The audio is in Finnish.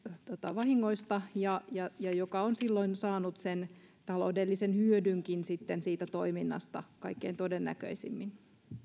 vahingoista ja ja joka on silloin saanut taloudellisen hyödynkin siitä toiminnasta kaikkein todennäköisimmin